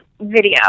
video